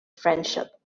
friendship